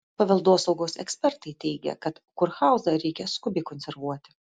paveldosaugos ekspertai teigia kad kurhauzą reikia skubiai konservuoti